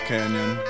Canyon